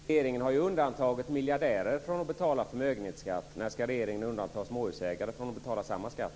Fru talman! Regeringen har ju undantagit miljardärer från att betala förmögenhetsskatt. När ska regeringen undanta småhusägare från att betala samma skatt?